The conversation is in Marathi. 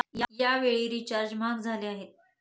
यावेळी रिचार्ज महाग झाले आहेत